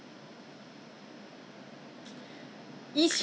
yours is um maybe not so serious than mine lah